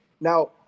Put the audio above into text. now